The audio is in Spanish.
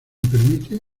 permite